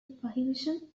prohibition